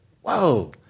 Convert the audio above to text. whoa